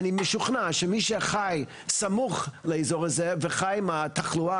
אני משוכנע שמי שחי סמוך לאזור הזה וחי עם התחלואה